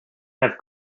have